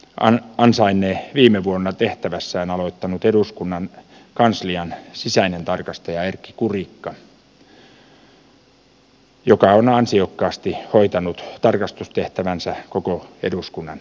erityismaininnan ansainnee viime vuonna tehtävässään aloittanut eduskunnan kanslian sisäinen tarkastaja erkki kurikka joka on ansiokkaasti hoitanut tarkastustehtävänsä koko eduskunnan hyväksi